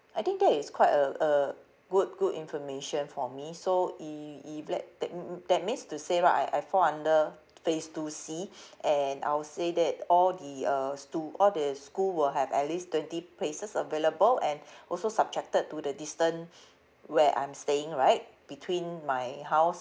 I think that is quite a a good good information for me so i~ if let that m~ m~ that means to say right I I fall under phase two C and I would say that all the uh schoo~ all the school will have at least twenty places available and also subjected to the distance where I'm staying right between my house